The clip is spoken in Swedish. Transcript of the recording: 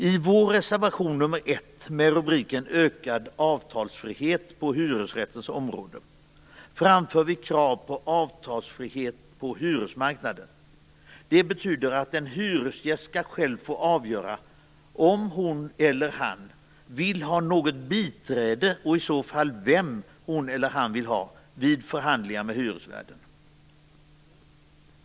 I vår reservation 1, med rubriken: Ökad avtalsfrihet på hyresrättens område, framför vi krav på avtalsfrihet på hyresmarknaden. Det betyder att en hyresgäst själv skall få avgöra om hon eller han vill ha något biträde - och i så fall vem hon eller han vill ha - vid förhandlingar med hyresvärden.